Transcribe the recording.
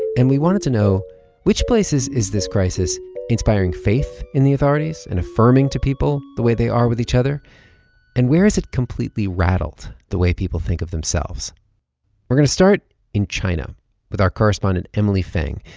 and we wanted to know which places is this crisis inspiring faith in the authorities and affirming to people the way they are with each other and where has it completely rattled the way people think of themselves we're going to start in china with our correspondent emily feng.